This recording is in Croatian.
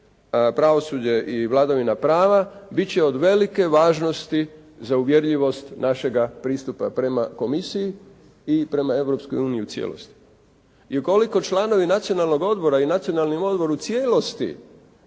Pravosuđe i vladavina prava biti će od velike važnosti za uvjerljivost našega pristupa prema komisiji i prema Europskoj uniji u cijelosti. I ukoliko članovi Nacionalnog odbora i Nacionalni odbor u cijelosti